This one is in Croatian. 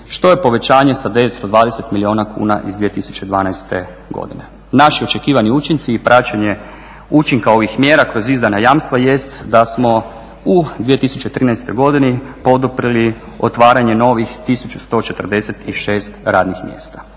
Što je povećanje sa 920 milijuna kuna iz 2012. godine. Naši očekivani učinci i praćenje učinka ovih mjera kroz izdana jamstva jest da smo u 2013. godini poduprli otvaranje novih 1146 radnih mjesta.